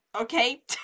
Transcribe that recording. okay